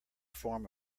form